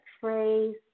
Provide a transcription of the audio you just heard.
phrase